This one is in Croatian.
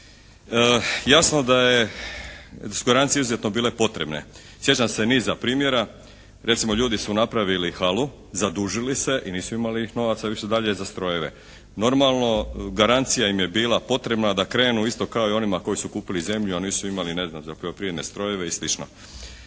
Jasno je da su garancije izuzetno bile potrebne. Sjećam se niza primjera. Recimo ljudi su napravili halu, zadužili se i nisu imali novaca više dalje za strojeve. Normalno, garancija im je bila potrebna da krenu isto kao i onima koji su kupili zemlju a nisu imali ne znam za poljoprivredne strojeve i slično.